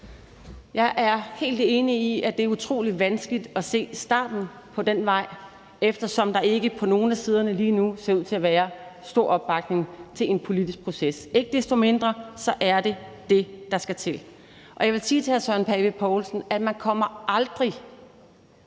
Jeg er helt enig i, at det er utrolig vanskeligt at se starten på den vej, eftersom der ikke på nogen af siderne lige nu ser ud til at være stor opbakning til en politisk proces. Ikke desto mindre er det det, der skal til. Jeg vil sige til hr. Søren Pape Poulsen, at man aldrig